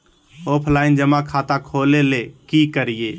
Offline जमा खाता खोले ले की करिए?